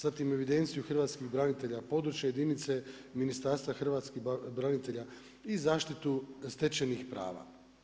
Zatim, evidenciju hrvatskih branitelja, područne jedinice Ministarstva hrvatskih branitelja i zaštitu stečajnih prava.